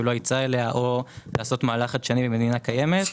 לא ייצא אליה או לעשות מהלך חדשני במדינה קיימת,